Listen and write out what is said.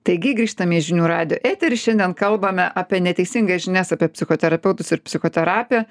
taigi grįžtame į žinių radijo eterį šiandien kalbame apie neteisingas žinias apie psichoterapeutus ir psichoterapiją